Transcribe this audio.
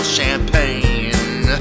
champagne